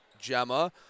Gemma